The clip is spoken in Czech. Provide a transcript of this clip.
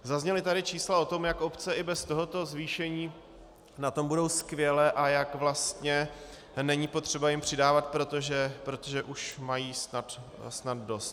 Zazněla tady čísla o tom, jak obce i bez tohoto zvýšení na tom budou skvěle a jak vlastně není potřeba jim přidávat, protože už mají snad dost.